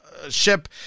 Ship